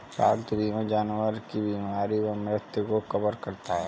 पालतू बीमा जानवर की बीमारी व मृत्यु को कवर करता है